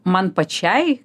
man pačiai